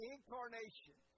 Incarnation